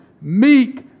meek